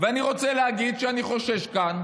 ואני רוצה להגיד שאני חושש כאן